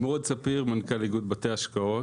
שלום, אני מנכ"ל איגוד בתי השקעות.